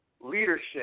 leadership